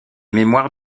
mémoires